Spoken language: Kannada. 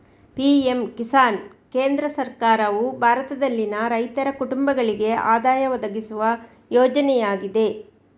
ಪಿ.ಎಂ ಕಿಸಾನ್ ಕೇಂದ್ರ ಸರ್ಕಾರವು ಭಾರತದಲ್ಲಿನ ರೈತರ ಕುಟುಂಬಗಳಿಗೆ ಆದಾಯ ಒದಗಿಸುವ ಯೋಜನೆಯಾಗಿದೆ